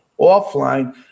offline